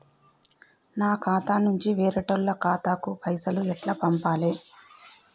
నా ఖాతా నుంచి వేరేటోళ్ల ఖాతాకు పైసలు ఎట్ల పంపాలే?